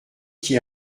qui